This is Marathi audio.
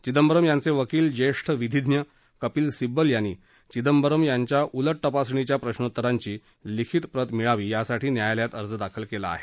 चिदंबरम यांचे वकील ज्येष्ठ विधिज्ञ कपिल सिब्बल यांनी चिदंबरम यांच्या उलट तपासणीच्या प्रश्नोत्तरांची लिखीत प्रत मिळावी यासाठी न्यायालयात अर्ज दाखल केला आहे